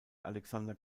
alexander